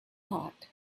part